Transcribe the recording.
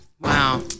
Wow